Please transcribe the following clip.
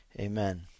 Amen